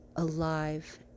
Alive